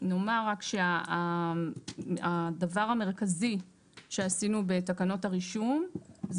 נאמר רק שהדבר המרכזי שעשינו בתקנות הרישום זה